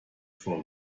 for